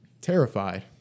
Terrified